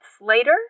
later